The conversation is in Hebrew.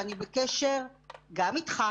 ואני בקשר גם איתך,